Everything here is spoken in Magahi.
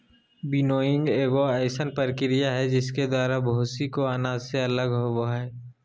विनोइंग एगो अइसन प्रक्रिया हइ जिसके द्वारा भूसी को अनाज से अलग होबो हइ